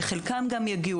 וחלקם גם יגיעו.